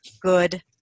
good